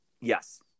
Yes